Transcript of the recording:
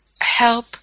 help